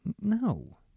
No